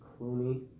Clooney